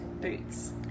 Boots